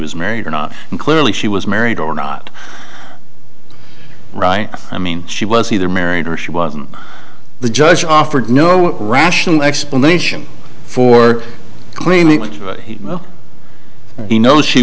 was married or not and clearly she was married or not right i mean she was either married or she wasn't the judge offered no rational explanation for cleaning he knows she